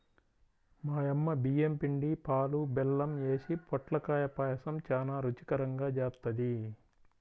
మా యమ్మ బియ్యం పిండి, పాలు, బెల్లం యేసి పొట్లకాయ పాయసం చానా రుచికరంగా జేత్తది